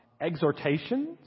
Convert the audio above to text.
exhortations